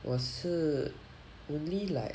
我是 only like